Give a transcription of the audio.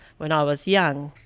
when i was young,